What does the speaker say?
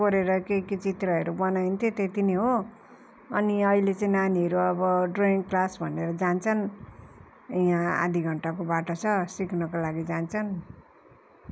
कोरेर के के चित्रहरू बनाइन्थ्यो त्यति नै हो अनि अहिले चाहिँ नानीहरू अब ड्रोयिङ क्लास भनेर जान्छन् यहाँ आधा घन्टाको बाटो छ सिक्नुका लागि जान्छन्